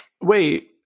Wait